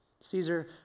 Caesar